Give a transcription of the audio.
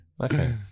okay